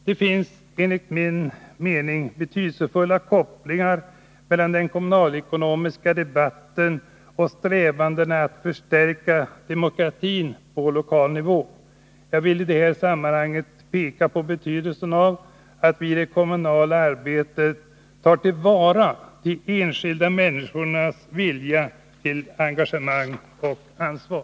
Det finns enligt min mening betydelsefulla kopplingar också mellan den kommunalekonomiska debatten och strävandena att förstärka demokratin på lokal nivå. Jag vill i detta sammanhang peka på betydelsen av att vi i det kommunala arbetet tar till vara de enskilda människornas vilja till engagemang och ansvar.